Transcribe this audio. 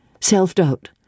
self-doubt